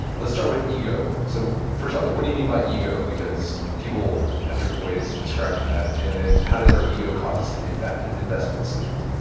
let's start with ego. so first off, like what do you mean by ego, because people have different ways of describing that? and then how does our ego cause us to make bad investment decisions?